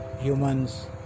humans